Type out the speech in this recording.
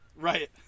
Right